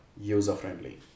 user-friendly